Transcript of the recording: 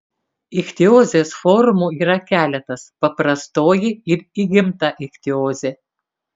ichtiozės formų yra keletas paprastoji ir įgimta ichtiozė